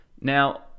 Now